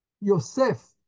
Yosef